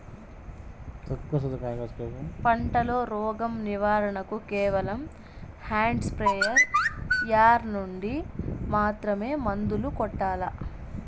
పంట లో, రోగం నివారణ కు కేవలం హ్యాండ్ స్ప్రేయార్ యార్ నుండి మాత్రమే మందులు కొట్టల్లా?